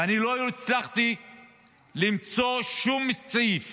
ואני לא הצלחתי למצוא שום סעיף